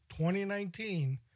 2019